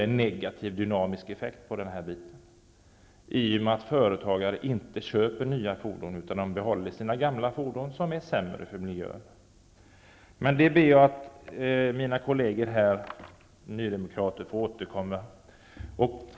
Den dynamiska effekten blir negativ i och med att företagare inte köper nya fordon utan behåller sina gamla fordon, vilka är sämre för miljön. Mina partikolleger får återkomma till dessa saker.